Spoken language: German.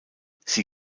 sie